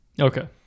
Okay